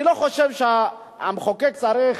אני לא חושב שהמחוקק צריך,